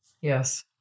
Yes